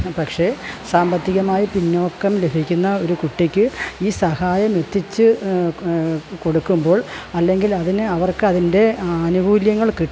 പക്ഷെ സാമ്പത്തികമായി പിന്നോക്കം ലഭിക്കുന്ന ഒരു കുട്ടിക്ക് ഈ സഹായം എത്തിച്ച് കൊടുക്കുമ്പോൾ അല്ലെങ്കിൽ അതിന് അവർക്ക് അതിൻ്റെ ആനുകൂല്യങ്ങൾ